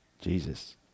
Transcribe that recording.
Jesus